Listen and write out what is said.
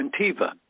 Antiva